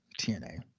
TNA